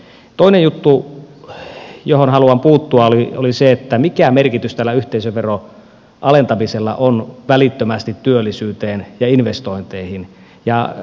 toinen juttu johon haluan puuttua oli se mikä merkitys tällä yhteisöveron alentamisella on välittömästi työllisyydelle ja investoinneille